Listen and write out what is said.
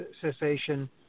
cessation